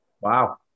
Wow